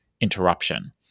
interruption